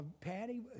Patty